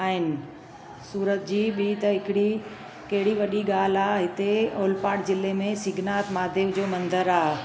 आहिनि सूरत जी ॿी त हिकिड़ी कहिड़ी वॾी ॻाल्हि आहे हिते ओलपाट ज़िले में सिगनाथ महादेव जो मंदरु आहे